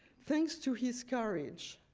thanks to his courage,